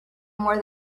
more